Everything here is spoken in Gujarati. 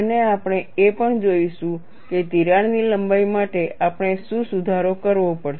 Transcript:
અને આપણે એ પણ જોઈશું કે તિરાડની લંબાઈ માટે આપણે શું સુધારો કરવો પડશે